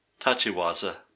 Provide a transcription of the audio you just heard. tachiwaza